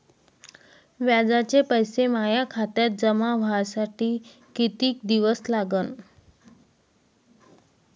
व्याजाचे पैसे माया खात्यात जमा व्हासाठी कितीक दिवस लागन?